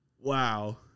wow